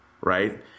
right